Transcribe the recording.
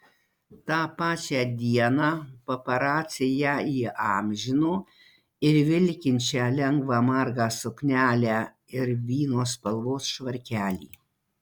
tą pačią dieną paparaciai ją įamžino ir vilkinčią lengvą margą suknelę ir vyno spalvos švarkelį